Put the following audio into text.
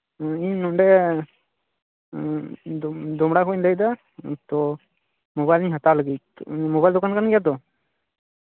ᱤᱧ ᱱᱚᱸᱰᱮ ᱫᱚᱢᱲᱟ ᱠᱷᱚᱱᱤᱧ ᱞᱟᱹᱭᱫᱟ ᱛᱚ ᱢᱳᱵᱟᱭᱤᱞᱤᱧ ᱦᱟᱛᱟᱣ ᱞᱟᱹᱜᱤᱫ ᱢᱳᱵᱟᱭᱤᱞ ᱫᱚᱠᱟᱱ ᱠᱟᱱ ᱜᱮᱭᱟ ᱛᱚ